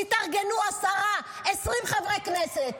תתארגנו עשרה, 20 חברי כנסת,